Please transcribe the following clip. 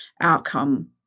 outcome